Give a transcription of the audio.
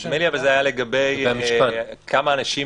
נדמה לי שזה היה לגבי השאלה כמה אנשים